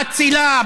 האצילה,